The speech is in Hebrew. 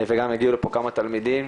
וגם הגיעו לפה כמה תלמידים.